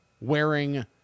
wearing